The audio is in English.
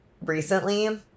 recently